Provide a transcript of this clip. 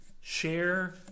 share